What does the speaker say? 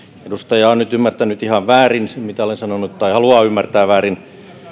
edustaja on nyt ymmärtänyt ihan väärin sen mitä olen sanonut tai haluaa ymmärtää väärin